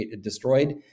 destroyed